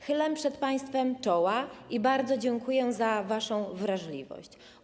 Chylę przed państwem czoła i bardzo dziękuję za waszą wrażliwość.